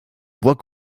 bois